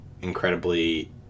incredibly